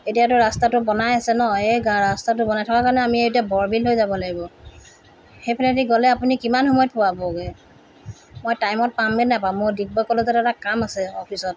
এতিয়াটো ৰাস্তাটো বনাই আছে ন এই ৰাস্তাটো বনাই থকা কাৰণে আমি এতিয়া বৰবিল হৈ যাব লাগিব সেইফালেদি গ'লে আপুনি কিমান সময়ত পোৱাবগৈ মই টাইমত পাম নে নাপাম মই ডিগবৈ কলেজত এটা কাম আছে অফিচত